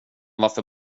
varför